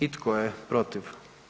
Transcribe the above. I tko je protiv?